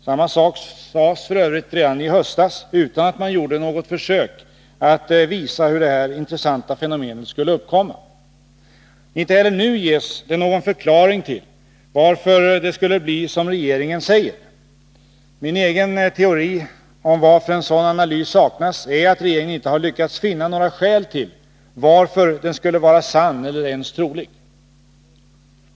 Samma sak sades f. ö. redan i höstas utan att man gjorde något försök att visa hur detta intressanta fenomen skulle uppkomma. Inte heller nu ges det någon förklaring till varför det skulle bli som regeringen säger. Min egen teori om varför en sådan analys saknas är att regeringen inte har lyckats finna några skäl till att den skulle vara sann eller ens trolig.